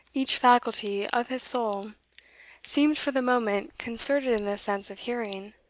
each faculty of his soul seemed for the moment concentred in the sense of hearing,